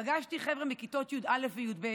פגשתי חבר'ה מכיתות י"א וי"ב